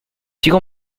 提供